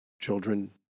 children